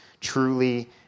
truly